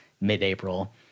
mid-April